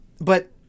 But-